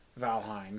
Valheim